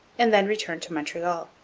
and then returned to montreal.